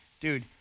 Dude